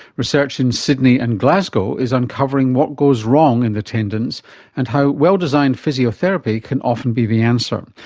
research in sydney and glasgow is uncovering what goes wrong in the tendons and how well-designed physiotherapy can often be the answer.